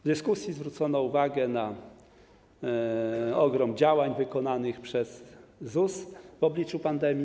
W dyskusji zwrócono uwagę na ogrom działań wykonanych przez ZUS w obliczu pandemii.